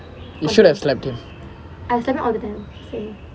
you should have slapped him